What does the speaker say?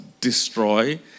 Destroy